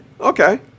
Okay